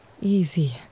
Easy